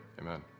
Amen